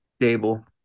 Stable